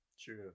True